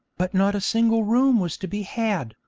but not a single room was to be had,